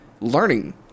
learning